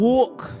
Walk